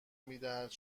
میدهد